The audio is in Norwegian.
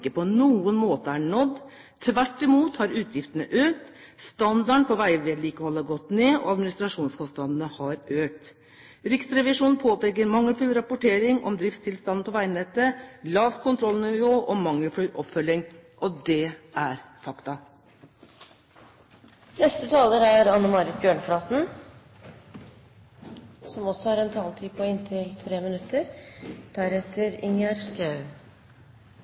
ikke på noen måte er nådd. Tvert imot har utgiftene økt. Standarden på veivedlikeholdet har gått ned, og administrasjonskostnadene har økt. Riksrevisjonen påpeker mangelfull rapportering om driftstilstanden på veinettet, lavt kontrollnivå og mangelfull oppfølging – og det er fakta. Jeg ønsker å understreke de poengene som representanten Sønsterud var inne på i sitt innlegg. Det er helt riktig at det var Stoltenberg I-regjeringen som